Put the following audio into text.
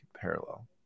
parallel